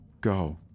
Go